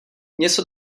něco